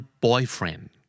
boyfriend